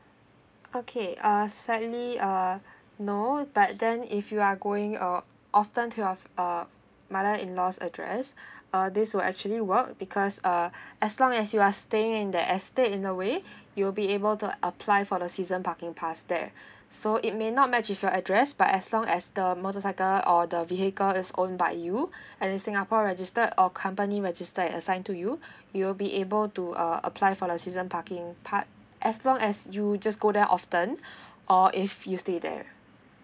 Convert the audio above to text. okay uh slightly uh no but then if you are going or often to your uh mother in law's address uh this will actually work because uh as long as you are staying in that uh staying in a way you'll be able to apply for the season parking pass there so it may not match if your address but as long as the motorcycle or the vehicle is own by you and is singapore registered or company registered assigned to you you will be able to uh apply for the season parking part as long as you just go there often or if you stay there